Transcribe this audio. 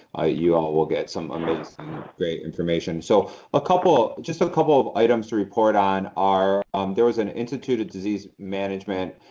ah you all will get some great information. so ah just a couple of items to report on are um there was an institute of disease management